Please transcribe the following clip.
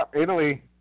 Italy